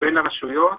- בין הרשויות.